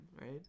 right